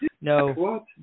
no